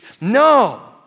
No